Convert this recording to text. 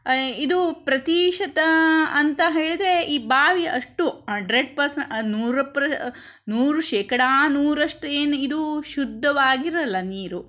ಇದು ಪ್ರತಿಶತ ಅಂತ ಹೇಳಿದ್ರೆ ಈ ಬಾವಿ ಅಷ್ಟು ಅಂಡ್ರೆಡ್ ಪರ್ಸ್ ನೂರು ಪ್ರ ನೂರು ಶೇಕಡಾ ನೂರರಷ್ಟು ಏನು ಇದು ಶುದ್ಧವಾಗಿರಲ್ಲ ನೀರು